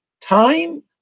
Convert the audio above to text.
time